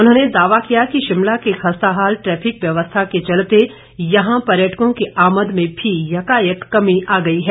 उन्होंने दावा किया कि शिमला की खस्ता हाल ट्रैफिक व्यवस्था के चलते यहां पर्यटकों की आमद में भी यकायक कमी आ गई है